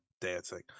dancing